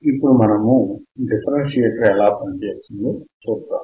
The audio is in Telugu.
ఇప్పుడు డిఫరెన్షియేటర్ ఎలా పని చేస్తుందో చూద్దాం